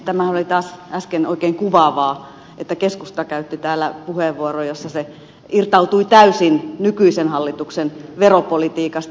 tämähän oli taas äsken oikein kuvaavaa että keskusta käytti täällä puheenvuoron jossa se irtautui täysin nykyisen hallituksen veropolitiikasta